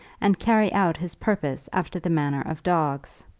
and carry out his purpose after the manner of dogs.